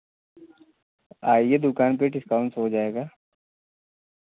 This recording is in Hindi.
आईए दुकान पर डिस्काउंट हो जाएगा